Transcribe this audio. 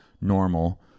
normal